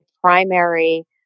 primary